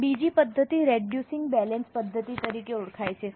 બીજી પદ્ધતિ reducing balance પદ્ધતિ તરીકે ઓળખાય છે